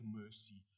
mercy